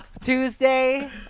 Tuesday